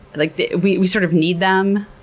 like we we sort of need them.